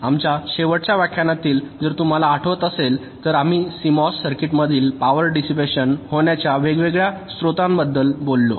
आमच्या शेवटच्या व्याख्यानातीळ जर तुम्हाला आठवत असेल तर आम्ही सीएमओएस सर्किटमधील पॉवर डिसिपॅशन होण्याच्या वेगवेगळ्या स्त्रोतांबद्दल बोललो